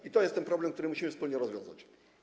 I to jest ten problem, który musimy wspólnie rozwiązać.